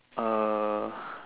uh